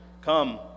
Come